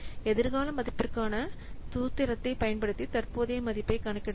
எதிர்கால மதிப்பிற்கான சூத்திரத்தைப் பயன்படுத்தி தற்போதைய மதிப்பைக் கணக்கிடலாம்